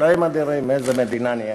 אלוהים אדירים, איזו מדינה נהיינו.